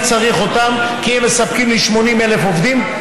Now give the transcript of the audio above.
אני צריך אותן כי הן מספקות לי 80,000 עובדים,